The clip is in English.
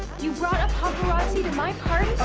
you brought a paparazzi to my party?